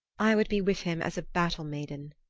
i would be with him as a battle-maiden.